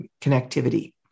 connectivity